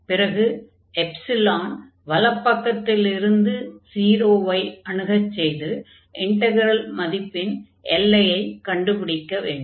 பிறகு எப்சிலான் வலப்பக்கத்திலிருந்து 0 ஐ அணுகுமாறு செய்து இன்டக்ரல் மதிப்பின் எல்லையைக் கண்டுபிடிக்க வேண்டும்